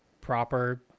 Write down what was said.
proper